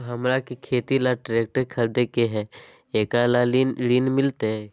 हमरा के खेती ला ट्रैक्टर खरीदे के हई, एकरा ला ऋण मिलतई?